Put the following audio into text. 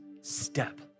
step